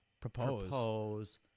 propose